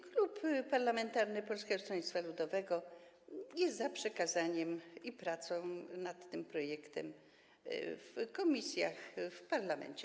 Klub Parlamentarny Polskiego Stronnictwa Ludowego jest za przekazaniem, pracą nad tym projektem w komisjach w parlamencie.